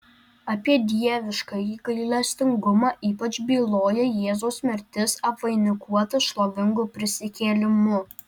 apie dieviškąjį gailestingumą ypač byloja jėzaus mirtis apvainikuota šlovingu prisikėlimu